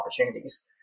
opportunities